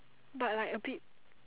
but like a bit